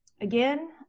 Again